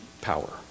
power